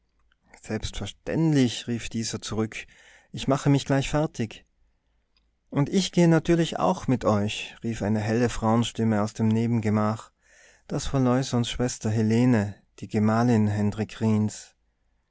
selbstverständlich rief dieser zurück ich mache mich gleich fertig und ich gehe natürlich auch mit euch rief eine helle frauenstimme aus dem nebengemach das war leusohns schwester helene die gemahlin hendrik rijns